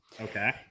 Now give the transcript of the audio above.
Okay